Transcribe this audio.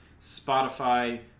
Spotify